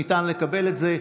ניתן לקבל את זה.